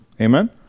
Amen